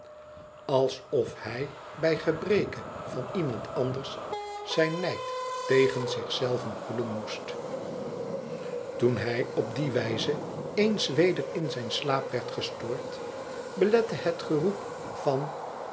alsof hij bij gebreke van iemand anders zijn nijd tegen zich zei ven koelen moest toen hij op die wijze eens weder in zijn slaap werd gestoord belette het geroep van